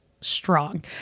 strong